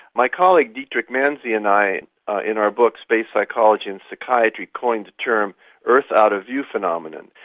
my colleague dietrich manzey and i in our book space psychology and psychiatry coined the term earth-out-of-view phenomenon.